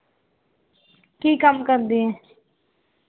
ਕੀ ਕੰਮ ਕਰਦੇ ਆ